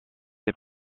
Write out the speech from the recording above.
ses